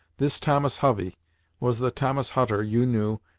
this thomas hovey was the thomas hutter you knew,